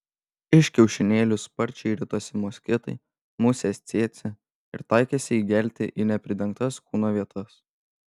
iš kiaušinėlių sparčiai ritosi moskitai musės cėcė ir taikėsi įgelti į nepridengtas kūno vietas